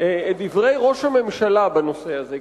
את דברי ראש הממשלה בנושא הזה,